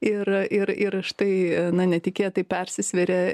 ir ir ir štai na netikėtai persisveria